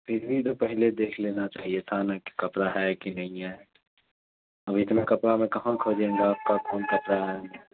پھر بھی تو پہلے دیکھ لینا چاہیے تھا نا کہ کپڑا ہے کہ نہیں ہے اب اتنا کپڑا میں کہاں کھوجیں گا آپ کا کون کپڑا ہے